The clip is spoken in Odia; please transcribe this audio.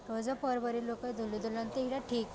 ରଜପର୍ବରେ ଲୋକେ ଦୋଳି ଝୁଲନ୍ତି ଏଇଟା ଠିକ୍